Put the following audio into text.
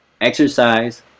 Exercise